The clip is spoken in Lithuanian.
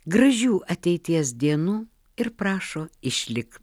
gražių ateities dienų ir prašo išlik